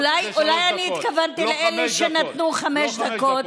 אולי אני התכוונתי לאלה שנתנו חמש דקות?